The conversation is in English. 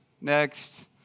next